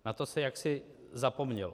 Na to se jaksi zapomnělo.